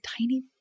tiny